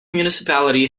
municipality